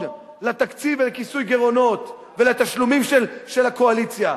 לתקציב ולכיסוי גירעונות ולתשלומים של הקואליציה.